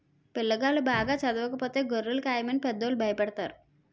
పిల్లాగాళ్ళు బాగా చదవకపోతే గొర్రెలు కాయమని పెద్దోళ్ళు భయపెడతారు